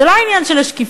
זה לא העניין של השקיפות.